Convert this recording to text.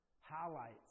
highlights